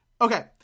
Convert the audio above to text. Okay